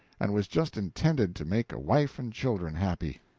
and was just intended to make a wife and children happy.